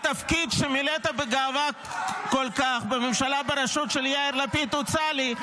התפקיד שמילאת בגאווה כל כך בממשלה בראשות של יאיר לפיד הוצע לי,